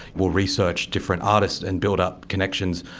will research different artists and build up connections,